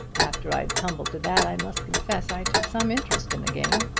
after i'd tumbled to that i must confess i took some interest in the game.